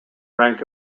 rank